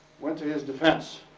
went to his defense.